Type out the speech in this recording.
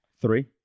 Three